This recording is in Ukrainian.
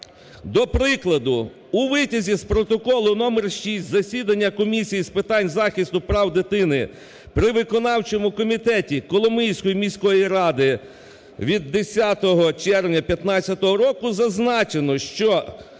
До прикладу, у витязі з протоколу №6 засідання Комісії з питань захисту прав дитини при виконавчому комітеті Коломийської міської ради від 10 червня 15-го року зазначено, що